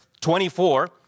24